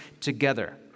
together